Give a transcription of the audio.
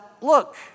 look